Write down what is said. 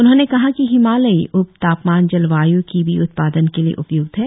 उन्होंने कहा कि हिमालयी उप तापमान जलवाय् कीवी उत्पादन के लिए उपय्क्त है